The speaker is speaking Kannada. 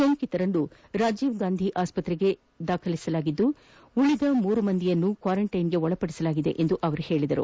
ಸೋಂಕಿತರನ್ನು ರಾಜೀವ್ಗಾಂಧಿ ಆಸ್ವತ್ರೆಗೆ ದಾಖಲಿಸಲಾಗಿದ್ದು ಉಳಿದ ಮೂರು ಮಂದಿಯನ್ನು ಕ್ವಾರಂಟೈನ್ಗೆ ಒಳಪಡಿಸಲಾಗಿದೆ ಎಂದು ಅವರು ಹೇಳಿದರು